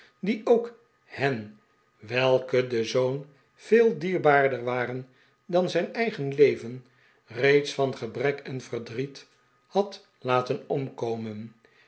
die ook hen welke den zoon veel dierbaarder waren dan zijn eigen leven reeds van gebrek en verdriet had laten omkomen